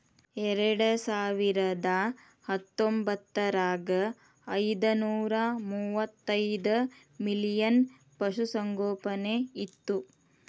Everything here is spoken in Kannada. ಎರೆಡಸಾವಿರದಾ ಹತ್ತೊಂಬತ್ತರಾಗ ಐದನೂರಾ ಮೂವತ್ತೈದ ಮಿಲಿಯನ್ ಪಶುಸಂಗೋಪನೆ ಇತ್ತು